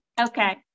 Okay